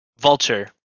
Vulture